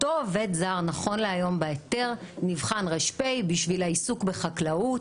אותו עובד זר נכון להיום נבחן הר.פ בהיתר בשביל העיסוק בחקלאות.